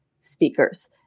speakers